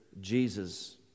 Jesus